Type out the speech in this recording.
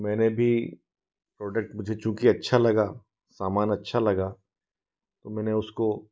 तो मैंने भी प्रोडक्ट मुझे चूँकी अच्छा लगा सामान अच्छा लगा मैंने उसको